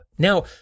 Now